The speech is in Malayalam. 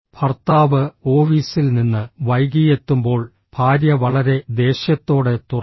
ഭർത്താവ് ഓഫീസിൽ നിന്ന് വൈകിയെത്തുമ്പോൾ ഭാര്യ വളരെ ദേഷ്യത്തോടെ തുറക്കുന്നു